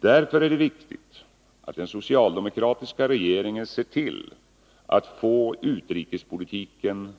Därför är det viktigt att den socialdemokratiska regeringen ser till att få utrikespolitiken